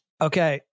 Okay